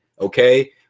okay